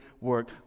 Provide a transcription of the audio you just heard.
work